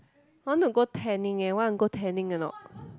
I want to go tanning eh wanna go tanning or not